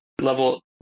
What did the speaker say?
level